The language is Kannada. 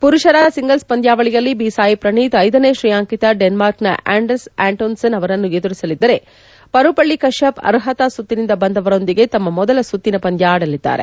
ಮರುಷರ ಸಿಂಗಲ್ಸ್ ಪಂದ್ನಾವಳಿಯಲ್ಲಿ ಬಿ ಸಾಯಿ ಪ್ರಣೀತ್ ಐದನೇ ಶ್ರೇಯಾಂಕಿತ ಡೆನ್ನಾರ್ಕ್ನ ಆಂಡರ್ ಆಂಟೋನ್ಸನ್ ಅವರನ್ನು ಎದುರಿಸಲಿದ್ದರೆ ಪರುಪಳ್ಳಿ ಕತ್ತಪ್ ಅರ್ಹತಾ ಸುತ್ತಿನಿಂದ ಬಂದವರೊಂದಿಗೆ ತಮ್ಮ ಮೊದಲ ಸುತ್ತಿನ ಪಂದ್ಯ ಆಡಲಿದ್ದಾರೆ